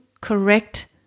correct